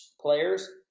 players